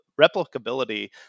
replicability